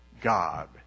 God